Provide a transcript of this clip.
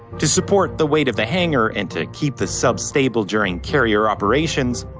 to support the weight of the hanger and to keep the sub stable during carrier operations,